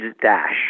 dash